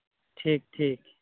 ᱴᱷᱤᱠ ᱴᱷᱤᱠ